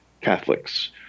catholics